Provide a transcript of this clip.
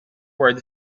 word